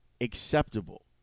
acceptable